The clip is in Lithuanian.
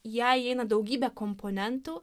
ją įeina daugybė komponentų